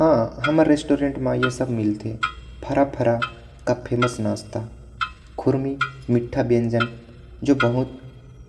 ह हमर रेस्टोरेंट म ए सब ह मिलते फारा फारा का फेमस नाश्ता। खुरमी मीठा व्यंजन जो बहुत